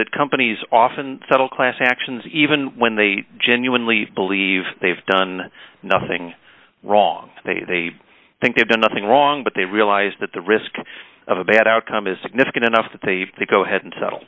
that companies often settle class actions even when they genuinely believe they have done nothing wrong they think they've done nothing wrong but they realize that the risk of a bad outcome is significant enough that they go ahead and s